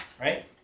right